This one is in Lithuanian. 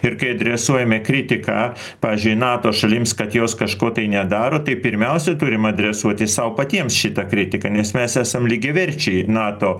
ir kai adresuojame kritiką pavyzdžiui nato šalims kad jos kažko tai nedaro tai pirmiausia turim adresuoti sau patiems šitą kritiką nes mes esam lygiaverčiai nato